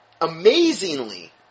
amazingly